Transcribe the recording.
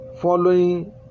following